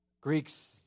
Greeks